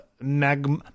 magma